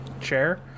Chair